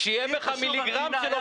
כשיהיה בך מיליגרם של אובייקטיביות